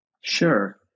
Sure